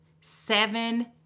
seven